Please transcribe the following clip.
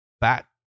back